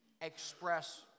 express